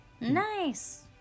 Nice